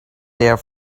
there